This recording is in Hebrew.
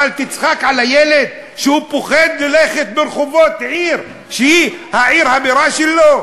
אבל תצחק על הילד שפוחד ללכת ברחובות עיר שהיא עיר הבירה שלו?